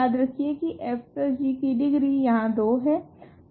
याद रखिए की fg की डिग्री यहाँ 2 है